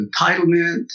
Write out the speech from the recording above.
entitlement